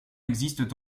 existent